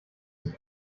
zum